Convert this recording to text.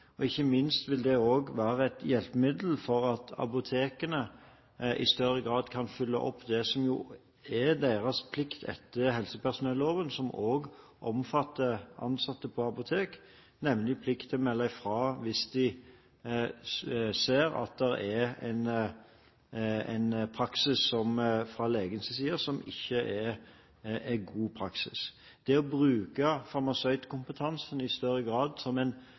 legemiddelbruken. Ikke minst vil det også være et hjelpemiddel for at apotekene i større grad kan følge opp det som er deres plikt etter helsepersonelloven, som også omfatter ansatte på apotek, nemlig plikt til å melde fra hvis de ser at det er en praksis fra legens side som ikke er god. Det å bruke farmasøytkompetansen i større grad som en